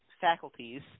faculties